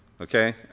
Okay